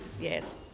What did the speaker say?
yes